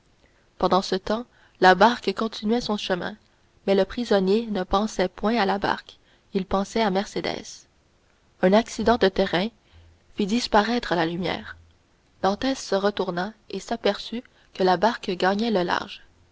pendant ce temps la barque continuait son chemin mais le prisonnier ne pensait point à la barque il pensait à mercédès un accident de terrain fit disparaître la lumière dantès se retourna et s'aperçut que la barque gagnait le large